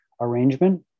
arrangement